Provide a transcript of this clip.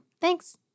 Thanks